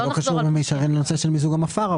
זה לא קשור במישרין לנושא מיזוג המפא"ר,